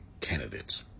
candidates